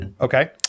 okay